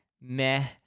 meh